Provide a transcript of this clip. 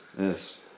Yes